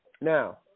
Now